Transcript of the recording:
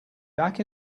back